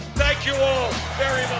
thank you all very